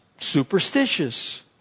superstitious